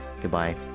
Goodbye